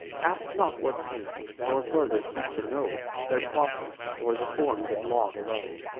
ask not what pains nor farther seek to know their process, or the forms of law below.